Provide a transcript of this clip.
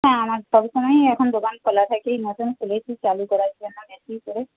হ্যাঁ আমার সবসময়ই এখন দোকান খোলা থাকে এই নতুন খুলেছি চালু করার জন্য বেশি করে